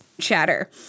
chatter